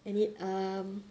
and it um